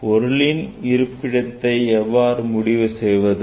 பொருளின் இருப்பிடத்தை எவ்வாறு முடிவு செய்வது